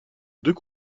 deux